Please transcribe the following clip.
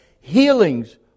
Healings